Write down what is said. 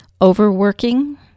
Overworking